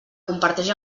comparteix